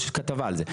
יש כתבה על זה.